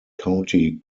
county